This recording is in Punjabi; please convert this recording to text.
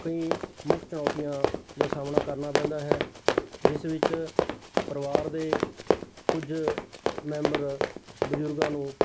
ਕਈ ਮੁੱਖ ਚੁਣੌਤੀਆਂ ਦਾ ਸਾਹਮਣਾ ਕਰਨਾ ਪੈਂਦਾ ਹੈ ਜਿਸ ਵਿੱਚ ਪਰਿਵਾਰ ਦੇ ਕੁਝ ਮੈਂਬਰ ਬਜ਼ੁਰਗਾਂ ਨੂੰ